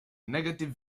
negative